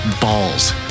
balls